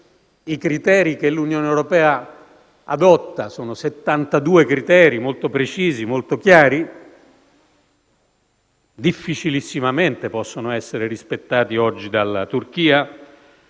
sapete che l'Unione europea adotta 72 criteri, molto precisi e chiari, che difficilissimamente possono essere rispettati oggi dalla Turchia: